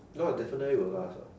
no ah definitely will last [what]